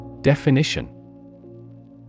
Definition